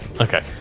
Okay